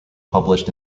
published